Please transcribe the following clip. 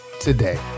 today